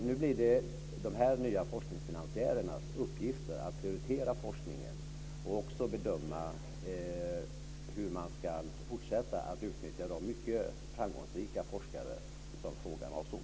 Nu blir det de här nya forskningsfinansiärernas uppgift att prioritera forskning och bedöma hur man ska fortsätta att utnyttja de mycket framgångsrika forskare som frågan avsåg.